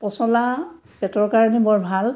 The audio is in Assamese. পচলা পেটৰ কাৰণে বৰ ভাল